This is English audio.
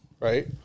Right